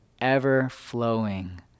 ever-flowing